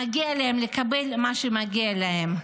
מגיע להם לקבל מה שמגיע להם.